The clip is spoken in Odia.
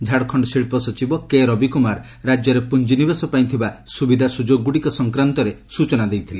ଝାଡ଼ଖଣ୍ଡ ଶିଳ୍ପ ସଚିବ କେ ରବି କୁମାର ରାଜ୍ୟରେ ପୁଞ୍ଚିନିବେଶ ପାଇଁ ଥିବା ସୁବିଧା ସୁଯୋଗଗୁଡ଼ିକ ସଂକ୍ରାନ୍ତରେ ସ୍ଚଚନା ଦେଇଥିଲେ